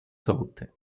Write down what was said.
sollte